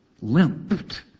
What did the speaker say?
limped